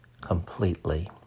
completely